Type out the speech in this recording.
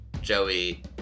Joey